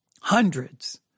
Hundreds